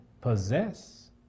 possess